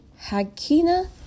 Hakina